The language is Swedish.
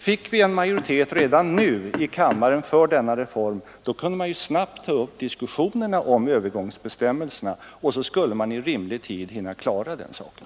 Fick vi majoritet redan nu i kammaren för denna reform, kunde vi snabbt ta upp en diskussion om övergångsbestämmelserna och i rimlig tid klara den saken.